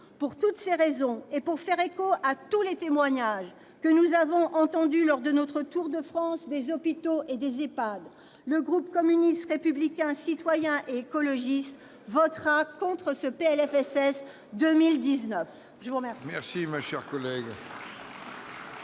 Pour toutes ces raisons, et pour faire écho à tous les témoignages que nous avons entendus lors de notre tour de France des hôpitaux et des EHPAD, le groupe communiste républicain citoyen et écologiste votera contre le projet de loi de